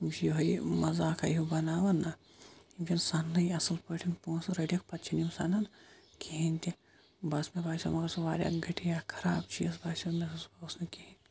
یِم چھِ یِہے یہِ مَذاقا ہیٚو بَناوان نہَ یِم چھِنہٕ سَننٕے اَصل پٲٹھۍ پونٛسہٕ رٔٹِکھ پَتہٕ چھِنہٕ یِم سَنان کِہیٖنۍ تہِ بہٕ آس مےٚ باسیٚو مَگَر سُہ گٔٹیا واریاہ خَراب چیٖز باسیٚو مےٚ سُہ اوس نہٕ کِہیٖنۍ